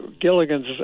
Gilligan's